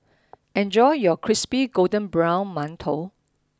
enjoy your crispy golden brown mantou